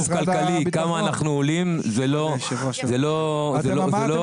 כלכלי כמה אנחנו עולים זה לא נורמלי.